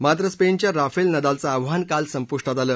मात्र स्पेनच्या राफेल नदालचं आव्हान काल संपुष्टात आलं